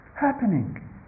happening